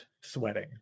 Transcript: sweating